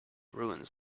ruins